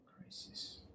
crisis